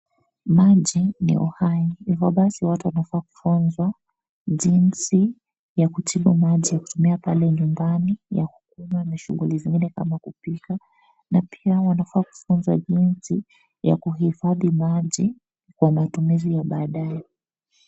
Maji ni uhai hivyo basi watu wanafaa kufunzwa jinsi ya kutibu maji ya kutumia pale nyumbani, ya kukunywa na shughuli zingine kama kupika na pia wanafaa kufunzwa jinsi ya kuhifadhi maji kwa matumizi ya baadae.